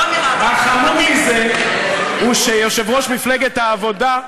זה, חמור מזה, שיושב-ראש מפלגת העבודה,